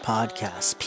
Podcast